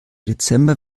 dezember